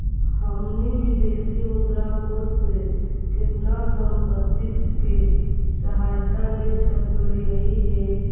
हमनी विदेशी मुद्रा कोश से केतना संपत्ति के सहायता ले सकलिअई हे?